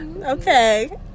Okay